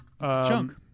chunk